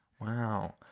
Wow